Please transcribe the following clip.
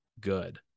good